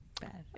bad